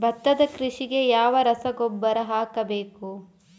ಭತ್ತದ ಕೃಷಿಗೆ ಯಾವ ರಸಗೊಬ್ಬರ ಹಾಕಬೇಕು?